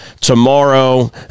tomorrow